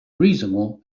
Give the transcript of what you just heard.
reasonable